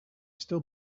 still